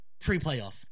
pre-playoff